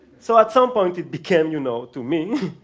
so at some point it became, you know, to me,